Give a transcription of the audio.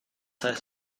heißt